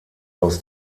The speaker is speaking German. aus